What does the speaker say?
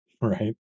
Right